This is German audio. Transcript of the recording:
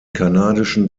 kanadischen